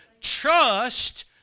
Trust